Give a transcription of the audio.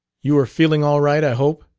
you are feeling all right, i hope,